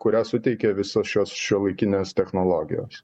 kurią suteikia visos šios šiuolaikinės technologijos